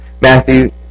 Matthew